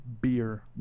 beer